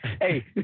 hey